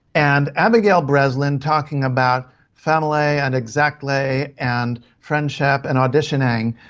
and abigail breslin talking about family and exactly and friendship and auditioning.